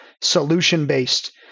solution-based